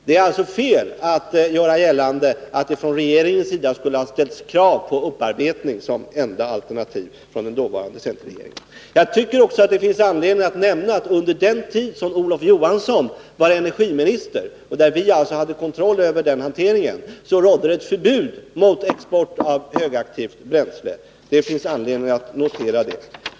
Det är alltså fel att göra gällande att det från den dåvarande centerregeringens sida skulle ha ställts krav på upparbetning som enda alternativ. Det finns också anledning att nämna att det under den tid som Olof Johansson var energiminister och vi hade kontroll över den hanteringen rådde ett förbud mot export av högaktivt bränsle. Det finns anledning att notera det.